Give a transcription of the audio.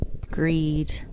greed